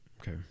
Okay